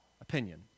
opinion